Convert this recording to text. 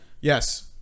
Yes